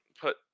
put